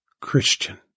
Christian